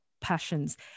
passions